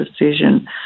decision